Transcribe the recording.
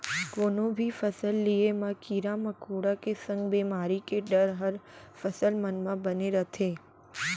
कोनो भी फसल लिये म कीरा मकोड़ा के संग बेमारी के डर हर फसल मन म बने रथे